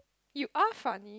you are funny